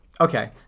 Okay